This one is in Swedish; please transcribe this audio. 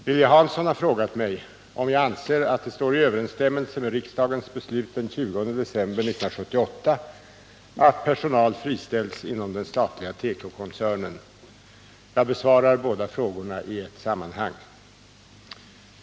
Lilly Hansson har frågat mig om jag anser att det står i överensstämmelse med riksdagens beslut den 20 december 1978 att personal friställs inom den statliga tekokoncernen. Jag besvarar båda frågorna i ett sammanhang.